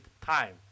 time